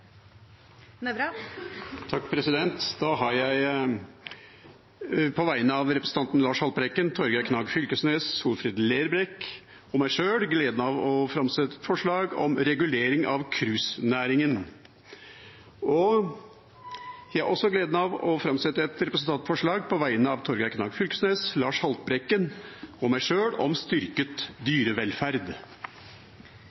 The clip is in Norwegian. Nævra vil fremsette to representantforslag. Jeg har på vegne av representantene Lars Haltbrekken, Torgeir Knag Fylkesnes, Solfrid Lerbrekk og meg sjøl gleden av å framsette representantforslag om regulering av cruisenæringen. Jeg har også gleden av å framsette et representantforslag på vegne representantene Torgeir Knag Fylkesnes, Lars Haltbrekken og meg sjøl om styrket